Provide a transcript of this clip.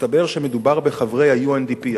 מסתבר שמדובר בחברי ה-UNDP.